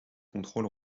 contrôle